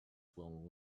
will